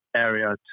area